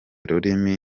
rurimi